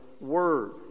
word